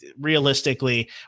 realistically